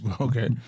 Okay